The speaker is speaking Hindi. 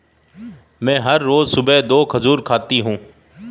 मैं हर रोज सुबह दो खजूर खाती हूँ